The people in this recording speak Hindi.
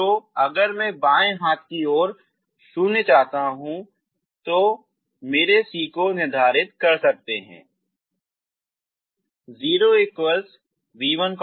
इसलिए अगर मैं बाएं हाथ की ओर शून्य चाहता हूं जो मेरे c को निर्धारित कर सकता है